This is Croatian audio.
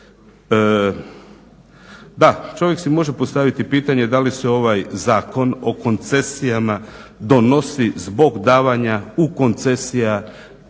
Da, čovjek si može postaviti pitanje da li se ovaj Zakon o koncesijama donosi zbog davanja u koncesije